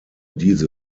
diese